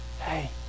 hey